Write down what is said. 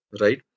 right